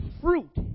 fruit